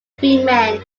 freemen